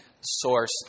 source